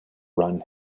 run